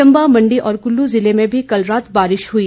चंबा मंडी और कुल्लू जिलों में भी कल रात बारिश हुई